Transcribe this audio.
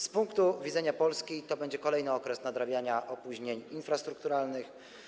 Z punktu widzenia Polski to będzie kolejny okres nadrabiania opóźnień infrastrukturalnych.